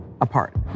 apart